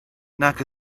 nac